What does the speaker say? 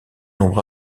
nombre